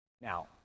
Now